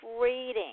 reading